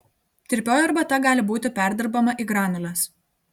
tirpioji arbata gali būti perdirbama į granules